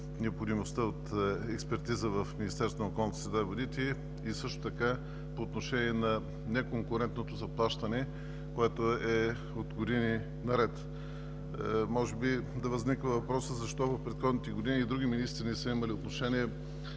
необходимостта от експертиза в Министерството на околната среда и водите, и по отношение на неконкурентното заплащане, което е от години наред. Може би да възникне въпросът защо в предходните години други министри не са имали отношение